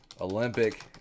Olympic